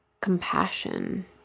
compassion